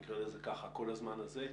נקרא לזה כך כל הזמן הזה,